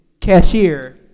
cashier